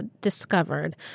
discovered